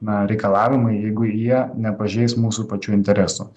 na reikalavimai jeigu jie nepažeis mūsų pačių interesų